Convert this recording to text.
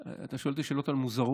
אתה שואל אותי שאלות על מוזרות.